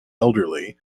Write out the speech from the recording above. elderly